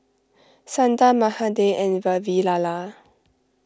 Sundar Mahade and Vavilala